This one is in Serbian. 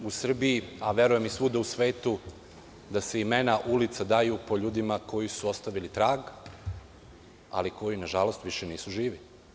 U Srbiji, a verujem i svuda u svetu imena ulica se daju po ljudima koji su ostavili trag, ali koji nažalost više nisu živi.